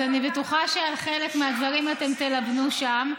אז אני בטוחה שחלק מהדברים אתם תלבנו שם.